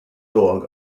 dog